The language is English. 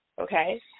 Okay